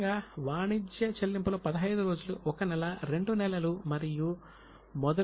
సాధారణంగా వాణిజ్య చెల్లింపులు 15 రోజులు 1 నెల 2 నెలలు మరియు మొదలైన కాలంగా చెప్పబడుతుంది